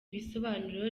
bisobanuro